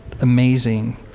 amazing